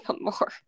more